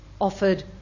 offered